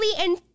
and-